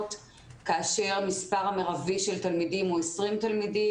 כאשר מספר המרבי של תלמידים הוא 20 תלמידים.